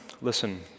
listen